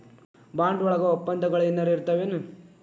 Bond ವಳಗ ವಪ್ಪಂದಗಳೆನರ ಇರ್ತಾವೆನು?